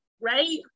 right